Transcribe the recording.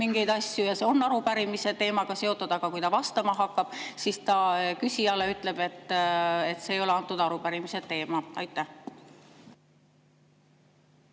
mingeid asju ja need on arupärimise teemaga seotud, aga kui ta vastama hakkab, siis ta küsijale [võib] öelda, et need ei ole antud arupärimise teema? Aitäh,